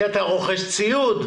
כי אתה רוכש ציוד,